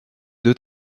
deux